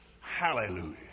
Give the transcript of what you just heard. Hallelujah